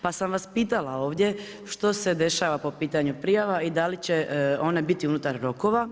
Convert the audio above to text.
Pa sam vas pitala ovdje, što se dešava po pitanju prijava i da li će one biti unutar rokova.